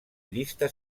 llista